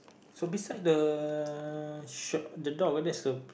so beside the uh door where that's a